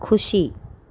ખુશી